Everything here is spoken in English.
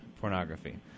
pornography